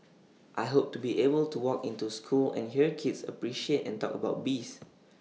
I hope to be able to walk into school and hear kids appreciate and talk about bees